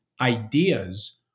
ideas